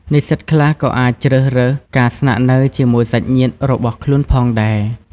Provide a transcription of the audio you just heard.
និស្សិតខ្លះក៏អាចជ្រើសរើសការស្នាក់នៅជាមួយសាច់ញាតិរបស់ខ្លួនផងដែរ។